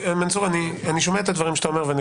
אני שומע את הדברים שאתה אומר ואני